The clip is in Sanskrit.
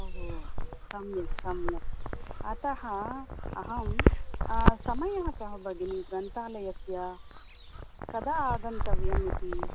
ओहो सम्यक् सम्यक् अतः अहं समयः कः भगिनी ग्रन्थालयस्य कदा आगन्तव्यम् इति